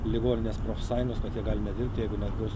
ligoninės profsąjungos kad jie gali nedirbt jeigu negaus